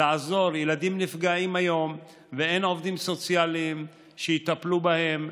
עזרה לילדים שנפגעים היום ואין עובדים סוציאליים שיטפלו בהם.